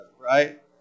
right